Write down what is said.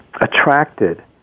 attracted